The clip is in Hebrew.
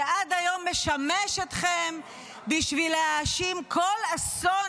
שעד היום משמש אתכם בשביל להאשים כל אסון